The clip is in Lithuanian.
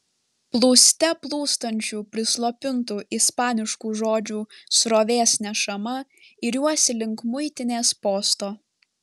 plūste plūstančių prislopintų ispaniškų žodžių srovės nešama iriuosi link muitinės posto